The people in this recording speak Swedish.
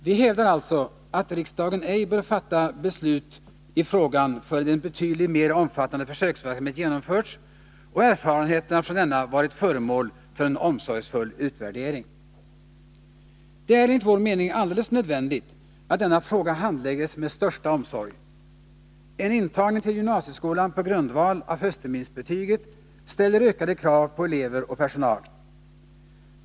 Vi hävdar alltså att riksdagen ej bör fatta beslut i frågan förrän en betydligt mer omfattande försöksverksamhet genomförts och erfarenheterna från denna varit föremål för en omsorgsfull utvärdering. Det är enligt vår mening alldeles nödvändigt att denna fråga handläggs med största omsorg. Eniintagning till gymnasieskolan på grundval av höstterminsbetyget ställer ökade krav på elever och personal.